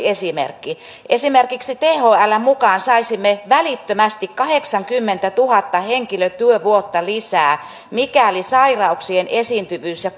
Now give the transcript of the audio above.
esimerkki esimerkiksi thln mukaan saisimme välittömästi kahdeksankymmentätuhatta henkilötyövuotta lisää mikäli sairauksien esiintyvyys ja